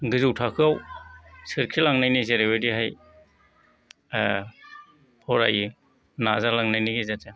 गोजौ थाखोआव सोरखिलांनायनि जेरैबायदिहाय फरायो नाजालांनायनि गेजेरजों